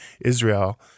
Israel